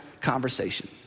conversation